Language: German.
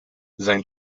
sein